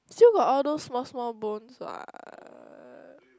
still got all those small small bones what